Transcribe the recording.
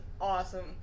awesome